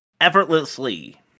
Effortlessly